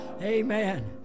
Amen